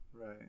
Right